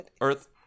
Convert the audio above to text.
earth